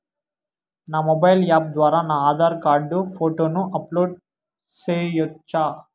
నా mobile app ద్వారా నా ఆధార్ కార్డు ఫోటోను అప్లోడ్ సేయొచ్చా?